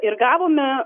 ir gavome